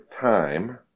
time